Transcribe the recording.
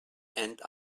and